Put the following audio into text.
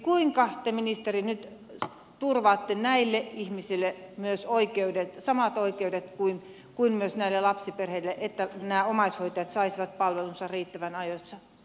kuinka te ministeri nyt turvaatte myös näille ihmisille samat oikeudet kuin näille lapsiperheille että nämä omaishoitajat saisivat palvelunsa riittävän ajoissa